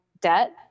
debt